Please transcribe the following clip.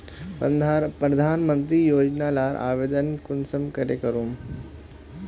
प्रधानमंत्री योजना लार आवेदन कुंसम करे करूम?